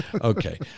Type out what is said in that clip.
Okay